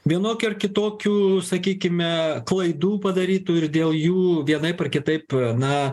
vienokių ar kitokių sakykime klaidų padarytų ir dėl jų vienaip ar kitaip na